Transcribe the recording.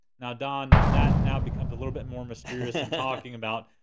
now don, that now becomes a little bit more mysterious than talking about.